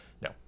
No